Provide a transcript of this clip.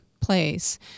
place